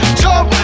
jump